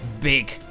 big